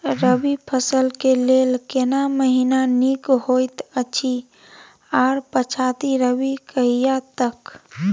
रबी फसल के लेल केना महीना नीक होयत अछि आर पछाति रबी कहिया तक?